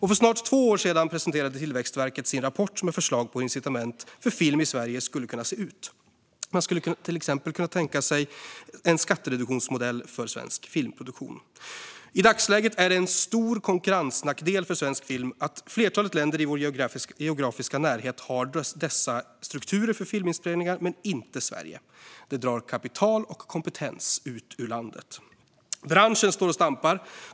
För snart två år sedan presenterade Tillväxtverket sin rapport med förslag på hur incitament för film i Sverige skulle kunna se ut. Man skulle till exempel kunna tänka sig en skattereduktionsmodell för svensk filmproduktion. I dagsläget är det en stor konkurrensnackdel för svensk film att flertalet länder i vår geografiska närhet har dessa strukturer för filminspelningar, men inte Sverige. Det drar kapital och kompetens ut ur landet. Branschen står och stampar.